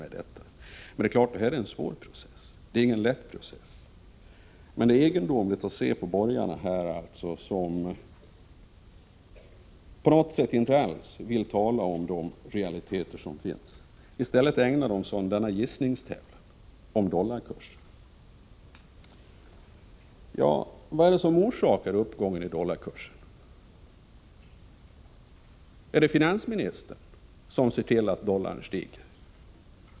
Naturligtvis är det här en svår process. Det är egendomligt att borgarna inte alls vill tala om realiteterna. I stället ägnar de sig åt gissningstävlan om dollarkursen. Vad är det som orsakar dollarkursens uppgång? Är det finansministern som ser till att dollarn stiger?